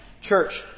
Church